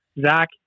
Zach